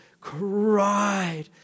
cried